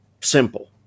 simple